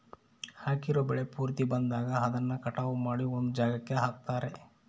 ಹಾಕಿರೋ ಬೆಳೆ ಪೂರ್ತಿ ಬಂದಾಗ ಅದನ್ನ ಕಟಾವು ಮಾಡಿ ಒಂದ್ ಜಾಗಕ್ಕೆ ಹಾಕ್ತಾರೆ